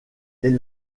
est